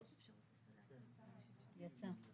הוא יצא.